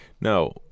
No